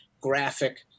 graphic